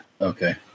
Okay